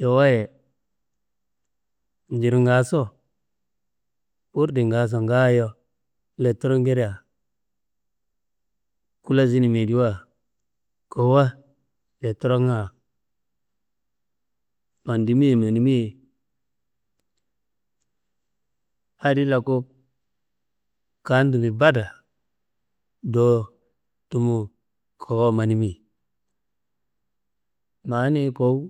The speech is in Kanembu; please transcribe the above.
Yewaye, njiringaso wurdingaso ngaayo letromngedea, kulosinimiyediwa kowuwa letromnga fandimi ye nonimi ye. Adi loku kandimbe bada, do tumu kawuwa manimi, ma niyi kowu